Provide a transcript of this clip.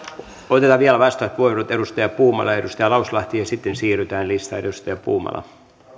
otetaan vielä vastauspuheenvuorot edustaja puumala ja edustaja lauslahti ja sitten siirrytään listaan edustaja puumala